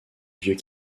vieux